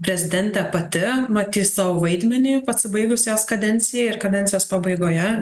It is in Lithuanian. prezidentė pati matys savo vaidmenį pasibaigus jos kadencijai ir kadencijos pabaigoje